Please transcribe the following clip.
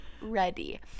ready